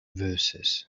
verses